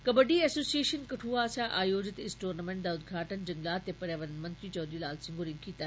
kabaddi association Kathua आस्सेआ आयोजित इस दूर्नामेंट दा उद्घाटन जंगलात ते पर्यावरण मंत्री चौघरी लाल सिंह होरें कीता